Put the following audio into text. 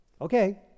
Okay